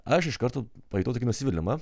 aš iš karto pajutau tokį nusivylimą